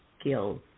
skills